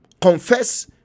Confess